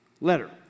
letter